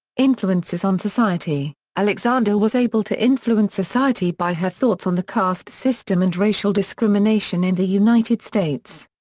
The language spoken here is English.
influences on society alexander was able to influence society by her thoughts on the caste system and racial discrimination in the united states.